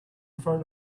front